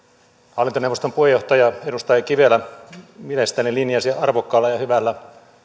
hallintoneuvoston puheenjohtaja edustaja kivelä mielestäni linjasi arvokkaalla ja hyvällä